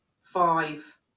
five